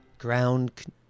Ground